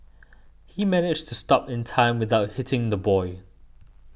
he managed to stop in time without hitting the boy